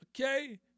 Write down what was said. Okay